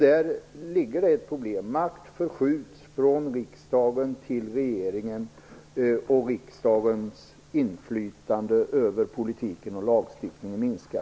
Däri ligger ett problem. Makt förskjuts från riksdagen till regeringen, och riksdagens inflytande över politiken och lagstiftningen minskar.